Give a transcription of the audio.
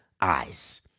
eyes